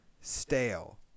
stale